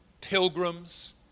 pilgrims